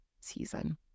season